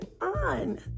on